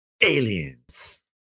Aliens